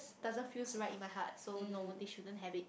doesn't feels right in my heart so no they shouldn't have it